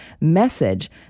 message